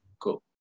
Cool